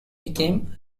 became